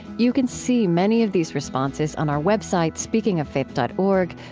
you can see many of these responses on our web site, speakingoffaith dot org.